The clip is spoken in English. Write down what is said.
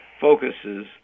focuses